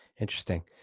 Interesting